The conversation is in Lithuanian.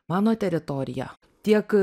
mano teritorija tiek